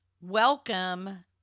welcome